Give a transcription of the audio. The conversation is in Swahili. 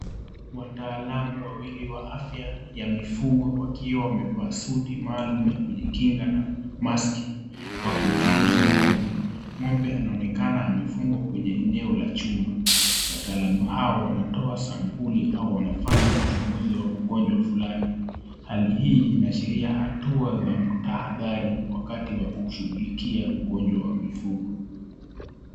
Wataalamu wawili wa afya y mifugo wakiwa wameva suti maalum ya kujikinga na maksi, wakimchunguza ng'ombe. Ng'ombe anaonekana amefungwa kwenye eneo la chuma. Wataalamu hawa wanatoa sampuli au wanafanya uchunguzi wa ugonjwa fulani. Hali hii inaashiria hatua za tahadhari wakati wa kushughulia ugonjwa wa mifugo.